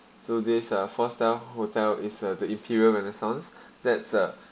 so this uh four star hotel is uh the imperial renaissance that's a